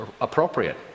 appropriate